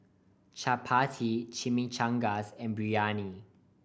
Chapati Chimichangas and Biryani